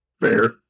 Fair